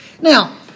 Now